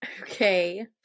Okay